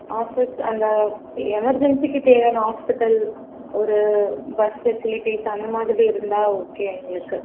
office அந்த எமெர்ஜென்சிக்கு தேவையான ஹாஸ்ப்பிட்டல் ஒரு பஸ் ஃபெசிலிட்டீஸ் அந்தமாதிரி இருந்தால் ஓகே எங்ளுக்கு